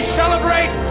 celebrate